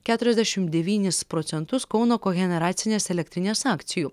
keturiasdešim devynis procentus kauno kogeneracinės elektrinės akcijų